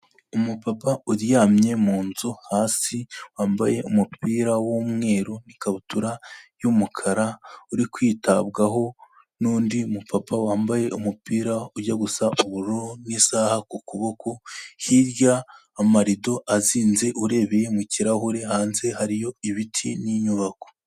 Umupapa uryamye mu nzu hasi wambaye umupira w'umweru n'ikabutura y'umukara uri kwitabwaho n'undi mupapa wambaye umupira ujya gusa ubururu n'isaha ku kuboko, hirya amarido azinze urebeye mu kirahure hanze hariyo ibiti n'inyubako.